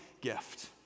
gift